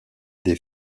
des